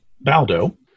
Baldo